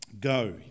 Go